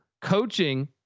coaching